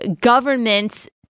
government's